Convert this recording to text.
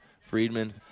Friedman